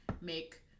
make